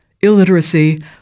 illiteracy